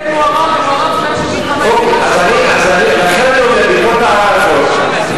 שלך התקבלה, ועל כן הוארך בעוד כמה ימים.